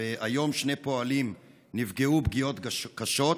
והיום שני פועלים נפגעו פגיעות קשות.